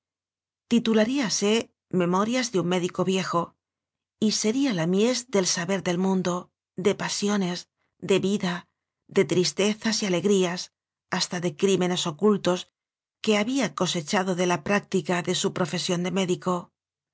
casta titularíase memorias de un mé dico viejo y sería la mies del saber de mundo de pasiones de vida de tristezas y alegrías hasta de crímenes ocultos que había cose chado de la práctica de su profesión de